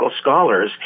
scholars